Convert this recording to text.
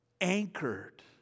Anchored